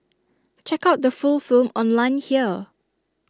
check out the full film online here